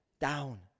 down